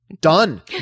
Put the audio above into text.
done